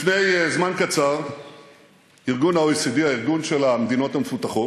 לפני זמן קצר ה-OECD, הארגון של המדינות המפותחות,